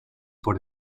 por